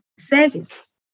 Service